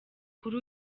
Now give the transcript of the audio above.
kuri